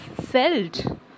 felt